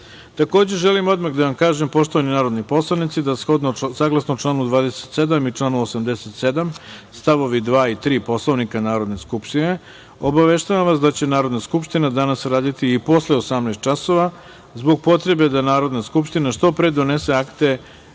želim odmah da vam kažem da, poštovani narodni poslanici, saglasno članu 27. i članu 87. st. 2. i 3. Poslovnika Narodne skupštine, obaveštavam vas da će Narodna skupština danas raditi i posle 18.00 časova, zbog potrebe da Narodna skupština što pre donese akte